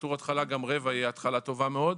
בתור התחלה גם רבע יהיה התחלה טובה מאוד.